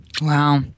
Wow